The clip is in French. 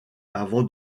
avant